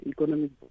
Economic